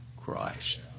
Christ